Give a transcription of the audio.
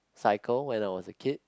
cycle when I was a kid